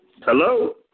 Hello